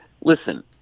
listen